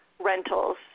rentals